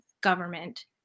government